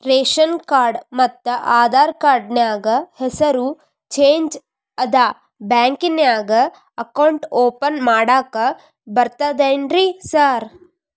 Ration card ಮತ್ತ Aadhaar card ನ್ಯಾಗ ಹೆಸರು ಚೇಂಜ್ ಅದಾ ಬ್ಯಾಂಕಿನ್ಯಾಗ ಅಕೌಂಟ್ ಓಪನ್ ಮಾಡಾಕ ಬರ್ತಾದೇನ್ರಿ ಸಾರ್?